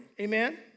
amen